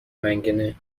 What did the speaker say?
منگنه